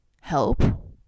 help